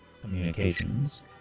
communications